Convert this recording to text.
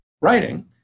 writing